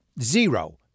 zero